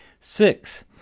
Six